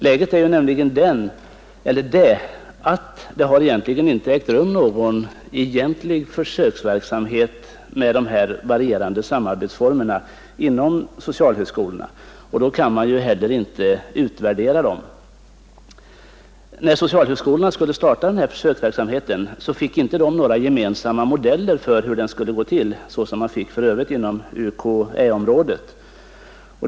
Läget är nämligen det att det inte har ägt rum någon egentlig försöksverksamhet med de här varierande samarbetsformerna inom socialhögskolorna, och då kan man ju inte heller utvärdera dem. När socialhögskolorna skulle starta försöksverksamheten fick de inte några gemensamma modeller för hur verksamheten skulle gå till, så som man fick för övrigt inom UKÄ-området.